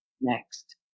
next